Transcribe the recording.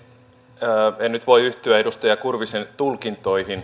en nyt voi yhtyä edustaja kurvisen tulkintoihin